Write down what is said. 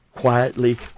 quietly